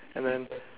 and then